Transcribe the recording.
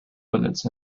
bullets